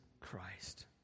Christ